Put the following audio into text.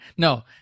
No